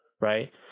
Right